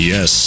Yes